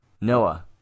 Noah